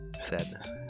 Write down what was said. Sadness